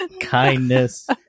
kindness